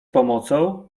pomocą